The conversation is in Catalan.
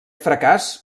fracàs